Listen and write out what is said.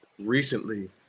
recently